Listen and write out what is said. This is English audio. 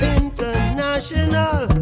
international